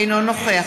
אינו נוכח